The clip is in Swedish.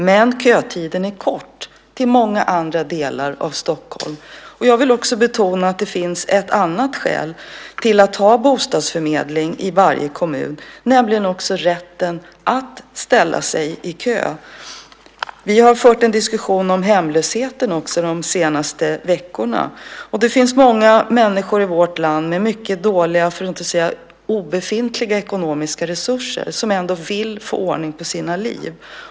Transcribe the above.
Men kötiden är kort till många andra delar av Stockholm. Jag vill också betona att det finns ett annat skäl till att ha bostadsförmedling i varje kommun, nämligen rätten att ställa sig i kö. Vi har också fört en diskussion om hemlösheten de senaste veckorna. Det finns många människor i vårt land med mycket dåliga, för att inte säga obefintliga ekonomiska resurser som ändå vill få ordning på sina liv.